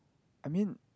I mean